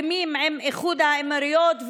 וקדמו להם ההסכמים עם איחוד האמירויות,